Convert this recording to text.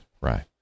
right